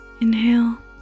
Inhale